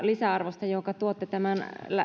lisäarvosta jonka tuotte tämän